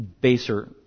baser